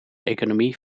economie